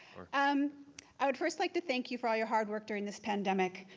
um i would first like to thank you for all your hard work during this pandemic.